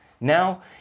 now